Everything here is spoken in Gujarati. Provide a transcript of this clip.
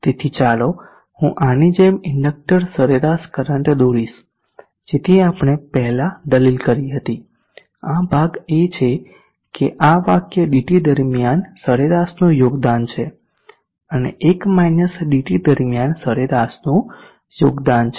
તેથી ચાલો હું આની જેમ ઇન્ડકટર સરેરાશ કરંટ દોરીશ જેથી આપણે પહેલા દલીલ કરી હતી આ ભાગ એ છે કે આ વાક્ય dT દરમિયાન સરેરાશનું યોગદાન છે અને 1 dT દરમિયાન સરેરાશનું યોગદાન છે